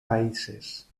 países